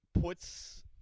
puts